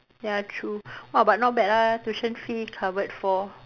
ya true !wah! but not bad ah tuition fee covered for